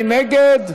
מי נגד?